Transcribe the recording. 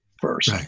first